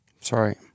Sorry